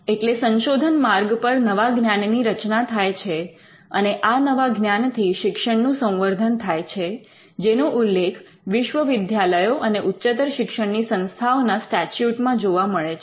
એટલે સંશોધન માર્ગ પર નવા જ્ઞાનની રચના થાય છે અને આ નવા જ્ઞાનથી શિક્ષણનું સંવર્ધન થાય છે જેનો ઉલ્લેખ વિશ્વવિદ્યાલયો અને ઉચ્ચતર શિક્ષણની સંસ્થાઓના સ્ટેચ્યુટ માં જોવા મળે છે